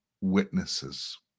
witnesses